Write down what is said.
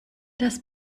das